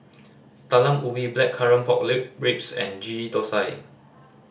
Talam Ubi blackcurrant pork ribs and Ghee Thosai